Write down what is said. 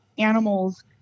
animals